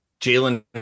Jalen